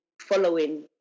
following